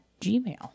gmail